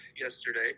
yesterday